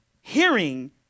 hearing